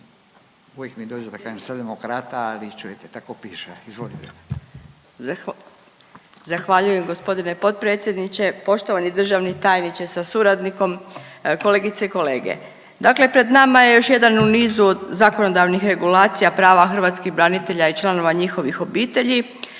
**Nađ, Vesna (Socijaldemokrati)** Zahvaljujem g. potpredsjedniče, poštovani državni tajniče sa suradnikom. Kolegice i kolege, dakle pred nama je još jedan u nizu od zakonodavnih regulacija prava hrvatskih branitelja i članova njihovih obitelji,